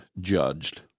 judged